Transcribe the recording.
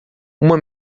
uma